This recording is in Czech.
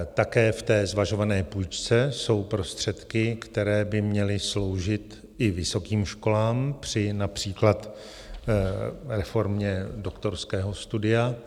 Také v té zvažované půjčce jsou prostředky, které by měly sloužit i vysokým školám, například při reformě doktorského studia.